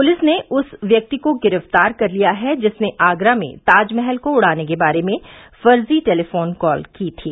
police ने उस व्यक्ति को गिरफ्तार कर लिया है जिसने आगरा में ताजमहल को उडाने के बारे में फर्जी टेलीफोन कॉल की थी